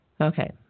Okay